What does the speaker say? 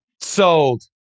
Sold